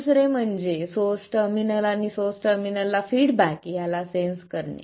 दुसरे म्हणजे source terminal आणि सोर्स टर्मिनलला फीडबॅक याला सेंन्स करणे